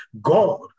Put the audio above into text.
God